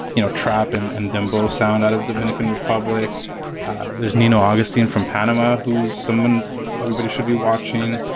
you know, trap and and dembo sound out of dominican republic there's nino augustine from panama, who's someone everybody should be watching.